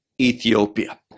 Ethiopia